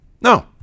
No